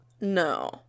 No